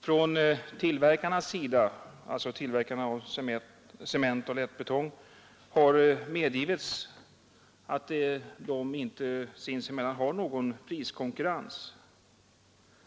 Från tillverkarnas sida — alltså tillverkarna av cement och lättbetong — har medgivits att de inte sinsemellan har någon priskonkurrens.